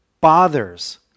bothers